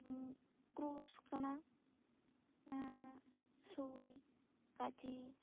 ᱡᱮᱢᱱ ᱠᱨᱩᱥ ᱠᱟᱱᱟ ᱥᱩᱭ ᱠᱟᱪᱤ